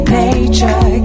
nature